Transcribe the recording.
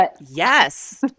Yes